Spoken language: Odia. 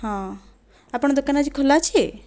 ହଁ ଆପଣ ଦୋକାନ ଆଜି ଖୋଲା ଅଛି